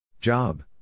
Job